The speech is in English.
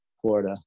Florida